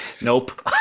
nope